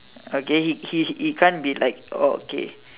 okay he he can't be like orh okay